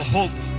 Hope